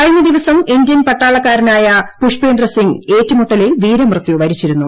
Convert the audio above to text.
കഴിഞ്ഞ ദിവസം ഇന്ത്യൻ പട്ടാളക്കാരനായ പുഷ്പേന്ദ്രസിംഗ് ഏറ്റുമുട്ടലിൽ വീരമൃത്യുവരിച്ചിരുന്നു